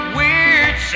weird